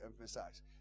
emphasize